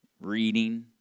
Reading